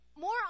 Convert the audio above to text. more